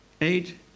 Eight